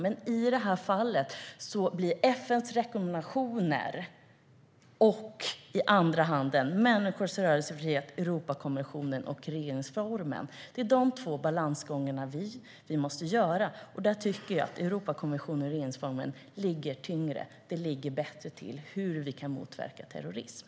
Men i det här fallet blir det en balansgång mellan å ena sidan FN:s rekommendationer och å andra sidan människors rörelsefrihet enligt Europakonventionen och regeringsformen. Jag tycker att Europakonventionen och regeringsformen väger tyngre i arbetet med att motverka terrorism.